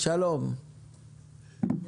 רק הבוקר קיבלנו בקשה מהם לא להיות פה פיזית.